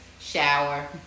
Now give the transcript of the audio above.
shower